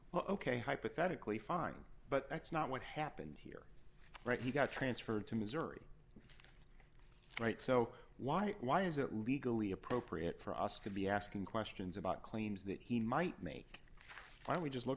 hypothetically fine but that's not what happened here right he got transferred to missouri right so why it why is it legally appropriate for us to be asking questions about claims that he might make finally just look